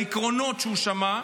לעקרונות שהוא שמע.